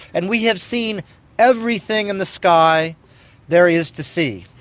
and we have seen everything in the sky there is to see.